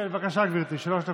בבקשה, גברתי, שלוש דקות.